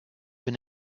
been